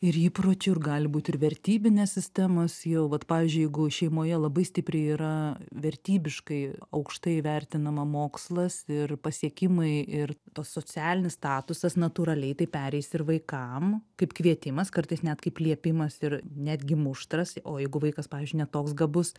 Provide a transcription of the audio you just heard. ir įpročių ir gali būt ir vertybinės sistemos jau vat pavyzdžiui jeigu šeimoje labai stipriai yra vertybiškai aukštai vertinama mokslas ir pasiekimai ir tas socialinis statusas natūraliai tai pereis ir vaikam kaip kvietimas kartais net kaip liepimas ir netgi muštras o jeigu vaikas pavyzdžiui ne toks gabus